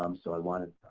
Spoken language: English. um so i wanted,